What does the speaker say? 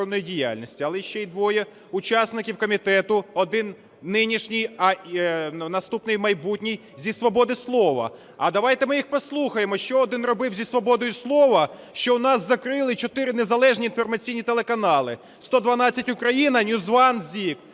але ще двоє учасників Комітету, один – нинішній, а наступний – майбутній, зі свободи слова. А давайте ми їх послухаємо, що один робив зі свободою слова, що у нас закрили чотири незалежні інформаційній телеканали: "112 Україна" NewsOne,